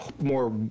more